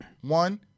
One